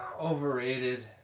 Overrated